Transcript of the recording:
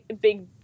big